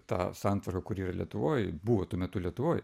ta santvarka kuri yra lietuvoj buvo tuo metu lietuvoj